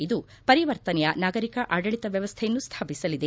ಇದು ಪರಿವರ್ತನೆಯ ನಾಗರಿಕ ಆಡಳಿತ ವ್ಯವಸ್ಥೆಯನ್ನು ಸ್ಥಾಪಿಸಲಿದೆ